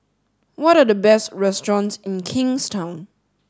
what are the best restaurants in Kingstown